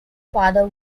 father